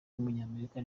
w’umunyamerika